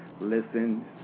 listen